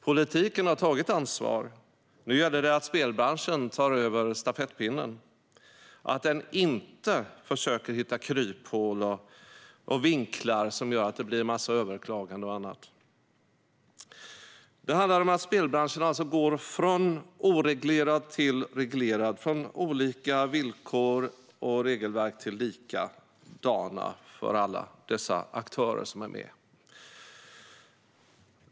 Politiken har tagit ansvar. Nu gäller det att spelbranschen tar över stafettpinnen och att den inte försöker hitta kryphål och vinklar som gör att det blir en massa överklaganden och annat. Det handlar om att spelbranschen går från att vara oreglerad till att bli reglerad. Man går från olika villkor och regelverk till likadana för alla aktörer som är med.